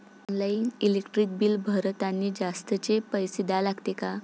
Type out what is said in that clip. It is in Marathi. ऑनलाईन इलेक्ट्रिक बिल भरतानी जास्तचे पैसे द्या लागते का?